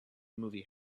movie